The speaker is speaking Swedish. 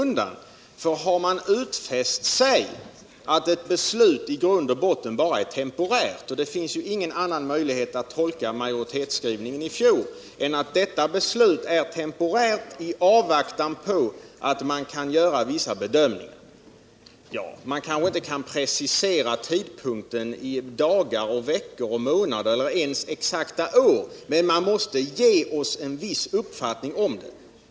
Man har gjort utfästelsen att detta beslut är temporärt — det finns ingen möjlighet att tolka majoritetsskrivningen i fjol på annat sätt — 1 avvaktan på att man kan göra vissa bedömningar. Man kanske inte kan precisera tidpunkten för en utvärdering på dagen, veckan, månaden eller ens äret. Men man måste ändå ge oss en uppfattning om hur länge vi skall vänta.